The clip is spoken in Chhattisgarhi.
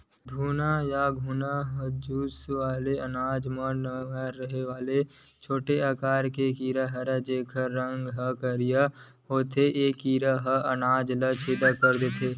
घुन या घुना ह जुन्ना अनाज मन म रहें वाले छोटे आकार के कीरा हरयए जेकर रंग करिया होथे ए कीरा ह अनाज ल छेंदा कर देथे